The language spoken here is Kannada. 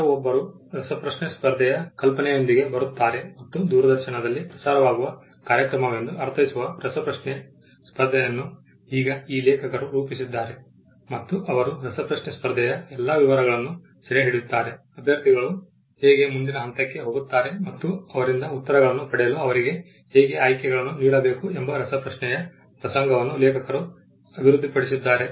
ಯಾರೋ ಒಬ್ಬರು ರಸಪ್ರಶ್ನೆ ಸ್ಪರ್ಧೆಯ ಕಲ್ಪನೆಯೊಂದಿಗೆ ಬರುತ್ತಾರೆ ಮತ್ತು ದೂರದರ್ಶನದಲ್ಲಿ ಪ್ರಸಾರವಾಗುವ ಕಾರ್ಯಕ್ರಮವೆಂದು ಅರ್ಥೈಸುವ ರಸಪ್ರಶ್ನೆ ಸ್ಪರ್ಧೆಯನ್ನು ಈಗ ಈ ಲೇಖಕರು ರೂಪಿಸಿದ್ದಾರೆ ಮತ್ತು ಅವರು ರಸಪ್ರಶ್ನೆ ಸ್ಪರ್ಧೆಯ ಎಲ್ಲಾ ವಿವರಗಳನ್ನು ಸೆರೆಹಿಡಿಯುತ್ತಾರೆ ಅಭ್ಯರ್ಥಿಗಳು ಹೇಗೆ ಮುಂದಿನ ಹಂತಕ್ಕೆ ಹೋಗುತ್ತಾರೆ ಮತ್ತು ಅವರಿಂದ ಉತ್ತರಗಳನ್ನು ಪಡೆಯಲು ಅವರಿಗೆ ಹೇಗೆ ಆಯ್ಕೆಗಳನ್ನು ನೀಡಬೇಕು ಎಂಬ ರಸಪ್ರಶ್ನೆಯ ಪ್ರಸಂಗವನ್ನು ಲೇಖಕರು ಅಭಿವೃದ್ಧಿಪಡಿಸಿದ್ದಾರೆ